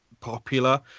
popular